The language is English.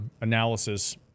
analysis